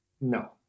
No